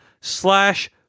slash